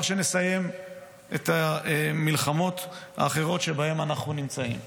שנסיים את המלחמות האחרות שבהן אנחנו נמצאים.